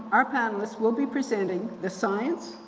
our panelists will be presenting the science,